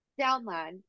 downline